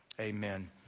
Amen